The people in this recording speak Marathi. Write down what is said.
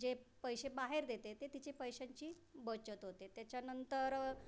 जे पैसे बाहेर देते ते तिची पैशाची बचत होते तेच्यानंतर